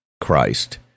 Christ